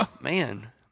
Man